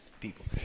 people